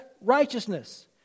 righteousness